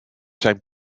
zijn